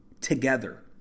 together